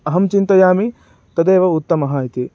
अहं चिन्तयामि तदेव उत्तमः इति